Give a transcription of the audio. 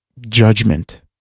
judgment